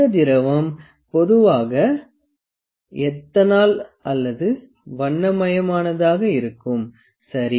இந்த திரவம் பொதுவாக எத்தனால் அல்லது வண்ணமயமானதாக இருக்கும் சரி